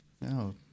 No